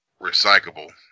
recyclable